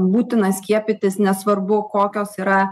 būtina skiepytis nesvarbu kokios yra